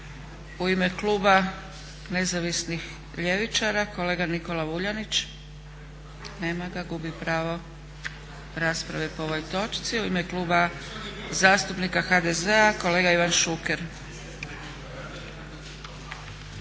U ime kluba Nezavisnih ljevičara kolega Nikola Vuljanić. Nema ga, gubi pravo rasprave po ovoj točci. U ime Kluba zastupnika HDZ-a kolega Ivan Šuker.